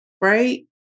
right